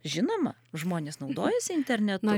žinoma žmonės